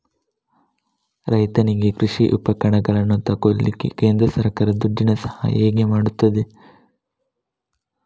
ರೈತನಿಗೆ ಕೃಷಿ ಉಪಕರಣಗಳನ್ನು ತೆಗೊಳ್ಳಿಕ್ಕೆ ಕೇಂದ್ರ ಸರ್ಕಾರ ದುಡ್ಡಿನ ಸಹಾಯ ಹೇಗೆ ಮಾಡ್ತದೆ?